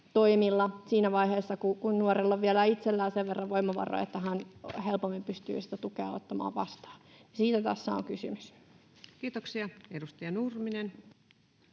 toimilla siinä vaiheessa, kun nuorella on vielä itsellään sen verran voimavaroja, että hän helpommin pystyy sitä tukea ottamaan vastaan. Siitä tässä on kysymys. [Speech 203] Speaker: